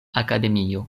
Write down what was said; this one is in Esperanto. akademio